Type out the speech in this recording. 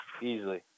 easily